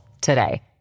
today